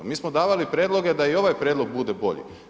Mi smo davali prijedloge da i ovaj prijedlog bude bolji.